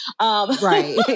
Right